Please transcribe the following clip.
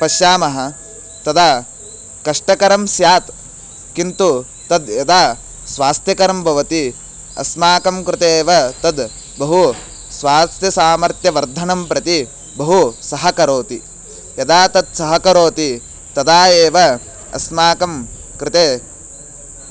पश्यामः तदा कष्टकरं स्यात् किन्तु तद् यदा स्वास्थ्यकरं भवति अस्माकं कृते एव तद् बहु स्वास्थ्यसामर्थ्यवर्धनं प्रति बहु सहकरोति यदा तत् सहकरोति तदा एव अस्माकं कृते